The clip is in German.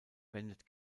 wendet